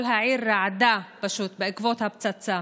כל העיר רעדה פשוט בעקבות הפצצה.